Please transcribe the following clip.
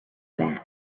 bad